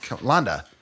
Landa